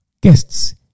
guests